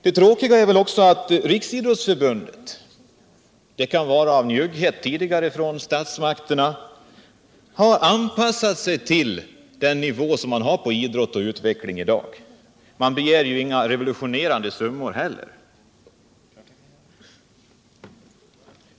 Det tråkiga är också att Riksidrottförbundet — kanske på grund av statsmakternas tidigare njugghet — har anpassat sig till den nivå som idrotten har i dag. Man begär inga revolutionerande summor.